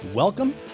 Welcome